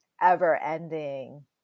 ever-ending